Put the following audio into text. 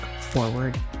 forward